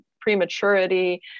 prematurity